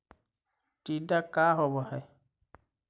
टीडा का होव हैं?